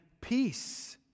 peace